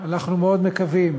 אנחנו מאוד מקווים,